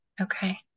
Okay